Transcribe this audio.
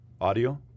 Audio